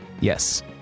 Yes